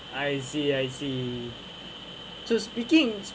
I see I see so speaking